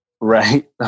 Right